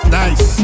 nice